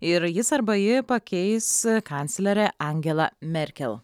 ir jis arba ji pakeis kanclerę angelą merkel